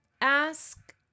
Ask